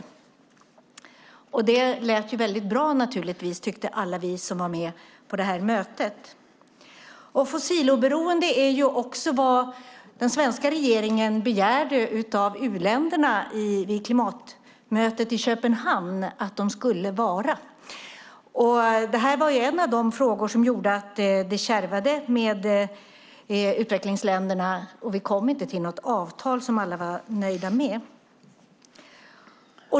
Alla vi som var med på det här mötet tyckte naturligtvis att det lät väldigt bra. Vid klimatmötet i Köpenhamn begärde också den svenska regeringen att u-länderna skulle vara fossiloberoende. Detta var en av de frågor som gjorde att det kärvade med utvecklingsländerna och som gjorde att vi inte kom till något avtal som alla var nöjda med.